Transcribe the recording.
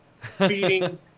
feeding